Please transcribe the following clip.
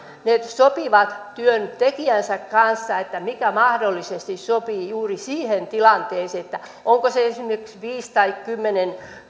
sopivat työntekijänsä kanssa mikä mahdollisesti sopii juuri siihen tilanteeseen että onko se esimerkiksi viisi tai kymmenen